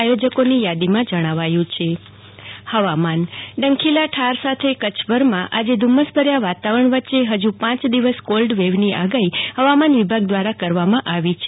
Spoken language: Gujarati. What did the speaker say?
આયોજકોની યાદીમાં જણાવાયું છે જાગતિ વકીલ ઠંડીલા ઠાર સાથે કરછમાં આજે ધુમ્મસભર્યા વાતાવરણ વચે હજુ પાંચ દિવસ કોલ્વેવ ની આગાહી હવામાન વિભાગ દ્વારા કરવામાં આવી છે